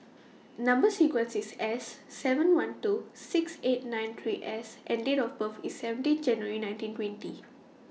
Number sequence IS S seven one two six eight nine three S and Date of birth IS seventeen January nineteen twenty